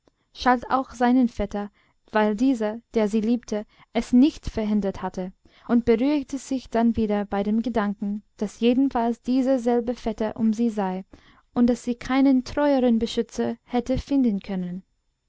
schalt auch seinen vetter weil dieser der sie liebte es nicht verhindert hatte und beruhigte sich dann wieder bei dem gedanken daß jedenfalls dieser selbe vetter um sie sei und daß sie keinen treueren beschützer hätte finden können